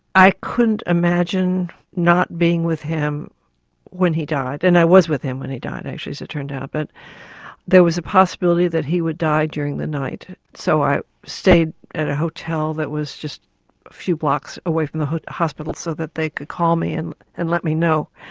i couldn't imagine not being with him when he died, then and i was with him when he died, as it turned out, but there was a possibility that he would die during the night so i stayed at a hotel that was just a few blocks away from the hospital so that they could call me and and let me know.